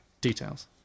details